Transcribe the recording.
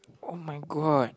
oh-my-god